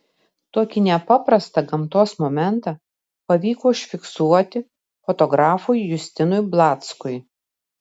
tokį nepaprastą gamtos momentą pavyko užfiksuoti fotografui justinui blackui